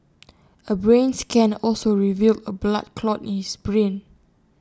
A brain scan also revealed A blood clot in his brain